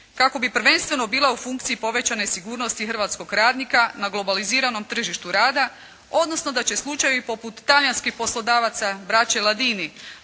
kako bi prvenstveno bila u funkciji povećane sigurnosti hrvatskog radnika na globaliziranom tržištu rada odnosno da će slučajevi poput talijanskih poslodavaca braće Ladini